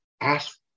ask